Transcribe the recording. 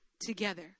together